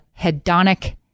hedonic